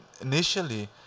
initially